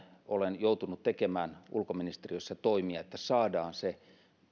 olen joutunut tekemään ulkoministeriössä toimia että saadaan se